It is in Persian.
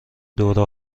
دوره